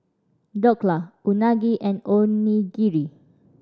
Dhokla Unagi and Onigiri